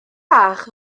fach